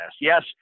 Yes